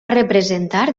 representar